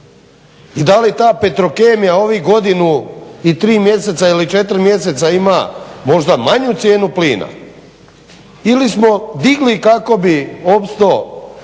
I da li ta Petrokemija ovih godinu i tri mjeseca ili četiri mjeseca ima možda manju cijenu plina ili smo digli kako bi opstao